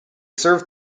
serve